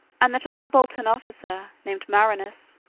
and that a subaltern officer, named marinus,